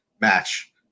match –